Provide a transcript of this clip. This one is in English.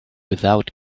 without